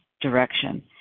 direction